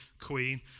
queen